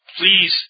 Please